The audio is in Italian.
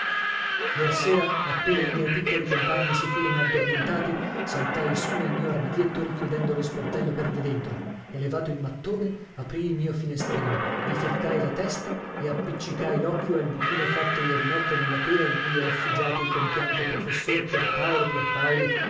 febbraio iersera appena i miei piccoli compagni si furono addormentati saltai su nel mio armadietto richiudendo lo sportello per di dentro e levato il mattone aprii il mio finestrino vi ficcai la testa e appiccicai l'occhio al buchino fatto ieri notte nella tela in cui è effigiato il compianto professor pierpaolo pierpaoli